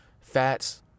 fats